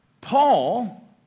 Paul